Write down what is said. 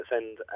send